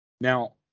Now